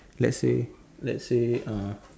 let's say let's say err